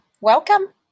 welcome